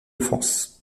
france